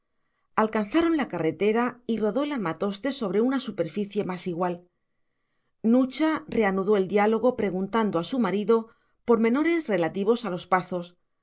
alcanzaron la carretera y rodó el armatoste sobre una superficie más igual nucha reanudó el diálogo preguntando a su marido pormenores relativos a los pazos